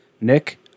Nick